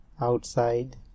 outside